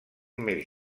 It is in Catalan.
més